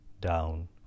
down